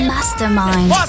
Mastermind